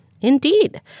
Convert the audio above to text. Indeed